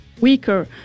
weaker